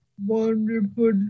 wonderful